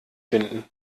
finden